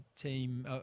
team